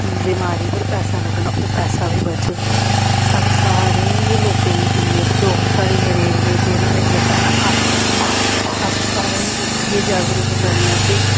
बमारी पर पैसा लग्गना ओह् पैसा बी बचग अस सारें गै लोकें गी जिन्ने बी लोक साढ़े मेरे एरिये च जेह् मेरियां भैनां कम्म करदियां अस सारें गी इ'यै जागरूक करने आं भई